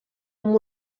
amb